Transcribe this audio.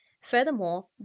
Furthermore